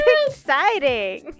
exciting